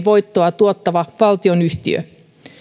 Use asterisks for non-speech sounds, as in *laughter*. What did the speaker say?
*unintelligible* voittoa tuottava valtionyhtiö